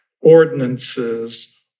ordinances